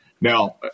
Now